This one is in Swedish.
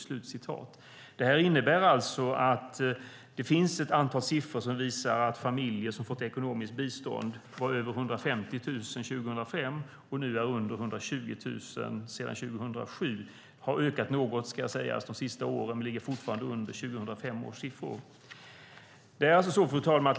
Detta innebär alltså att det finns siffror som visar att antalet familjer som har fått ekonomiskt bistånd var över 150 000 år 2005 och nu sedan år 2007 är under 120 000. Det ska sägas att det har ökat något de senaste åren, men det ligger fortfarande under 2005 års siffror. Fru talman!